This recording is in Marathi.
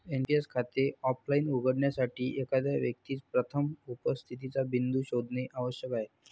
एन.पी.एस खाते ऑफलाइन उघडण्यासाठी, एखाद्या व्यक्तीस प्रथम उपस्थितीचा बिंदू शोधणे आवश्यक आहे